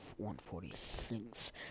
146